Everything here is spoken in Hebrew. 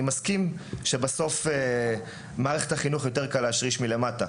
אני מסכים על כך שבסוף יותר קל להשריש במערכת החינוך מלמטה,